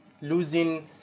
losing